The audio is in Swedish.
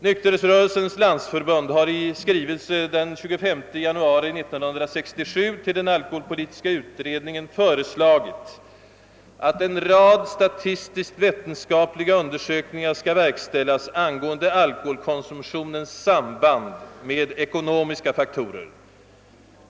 Nykterhetsrörelsens landsförbund har i skrivelse den 25 januari 1967 hos den alkoholpolitiska utredningen föreslagit, att en rad vetenskapliga statistiska undersökningar skall verkställas angående alkoholkonsumtionens samband med ekonomiska faktorer.